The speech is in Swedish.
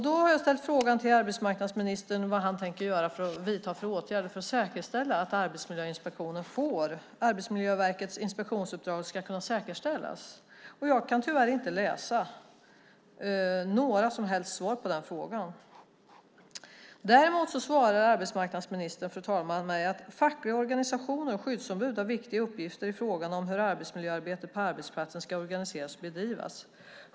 Då har jag ställt frågan till arbetsmarknadsministern vad han tänker vidta för åtgärder för att säkerställa att Arbetsmiljöverkets inspektionsuppdrag ska kunna säkerställas. Jag kan tyvärr inte utläsa några som helst svar på den frågan. Däremot svarar arbetsmarknadsministern mig, fru talman, att "fackliga organisationer och skyddsombud har viktiga uppgifter i fråga om hur arbetsmiljöarbetet på arbetsplatserna ska organiseras och bedrivas.